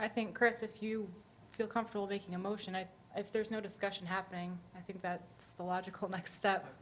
i think chris if you feel comfortable taking emotion i if there's no discussion happening i think that it's the logical next step